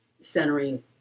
centering